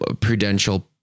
prudential